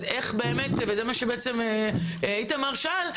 איך באמת -- זה מה שאיתמר שאל.